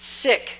Sick